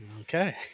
okay